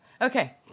Okay